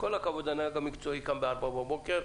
כל הכבוד לנהג המקצועי שקם בארבע בבוקר,